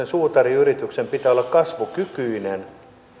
suutariyrityksen pitää olla kasvukykyinen